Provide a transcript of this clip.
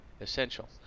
essential